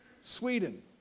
Sweden